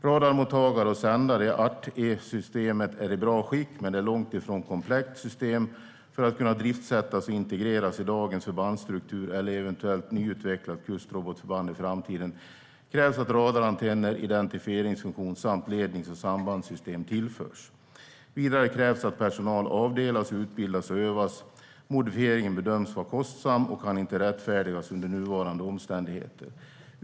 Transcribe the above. Radarmottagare och sändare i ArtE-systemet är i bra skick, men det är långt ifrån ett komplett system. För att kunna driftsättas och integreras i dagens förbandsstruktur eller i ett eventuellt nyutvecklat kustrobotförband i framtiden krävs att radarantenner, identifieringsfunktion samt lednings och sambandssystem tillförs. Vidare krävs att personal avdelas, utbildas och övas. Modifieringen bedöms vara kostsam och kan inte rättfärdigas under nuvarande omständigheter.